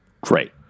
Great